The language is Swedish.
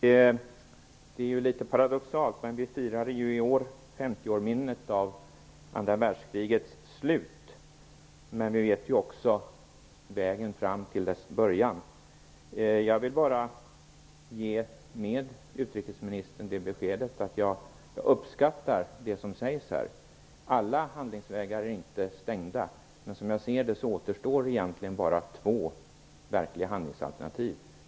Herr talman! Det är litet paradoxalt, men i år firar vi ju 50-årsminnet av andra världskrigets slut. Vi vet också vägen fram till dess början. Jag vill bara skicka med utrikesministern beskedet att jag uppskattar det som sägs här. Alla handlingsvägar är inte stängda. Men som jag ser detta återstår egentligen bara två verkliga handlingsalternativ.